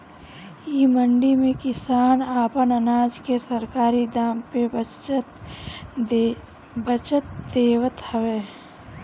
इ मंडी में किसान आपन अनाज के सरकारी दाम पे बचत देवत हवे